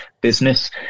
business